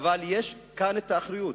יש כאן אחריות.